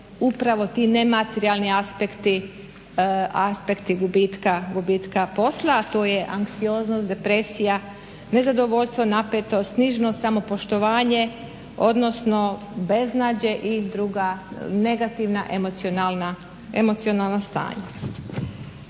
upravo ti nematerijalni aspekti, aspekti gubitka, gubitka posla a to je anksioznost, depresija, nezadovoljstvo, napetost, nižno samopoštovanje, odnosno beznađe i druga negativna emocionalna stanja.